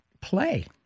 play